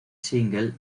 single